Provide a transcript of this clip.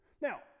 Now